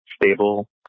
stable